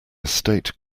estate